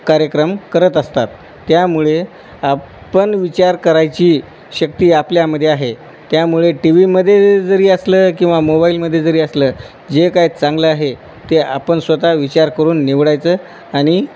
कार्यक्रम करत असतात त्यामुळे आपण विचार करायची शक्ती आपल्यामध्ये आहे त्यामुळे टी व्ही मध्ये जरी असलं किंवा मोबाईलमध्ये जरी असलं जे काय चांगलं आहे ते आपण स्वतः विचार करून निवडायचं आणि